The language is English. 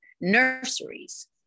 nurseries